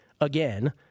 again